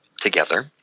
together